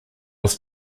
was